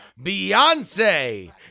Beyonce